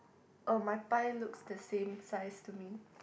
um my pie looks the same size to me